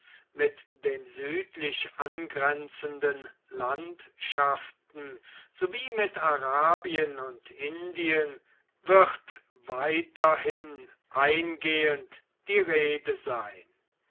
mit den südlich angrenzenden landschaften sowie mit arabien und indien wird weiterhin eingehend die rede sein